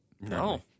No